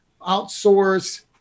outsource –